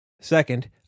Second